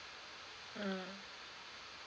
mm